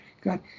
God